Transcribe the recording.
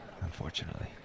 unfortunately